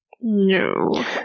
No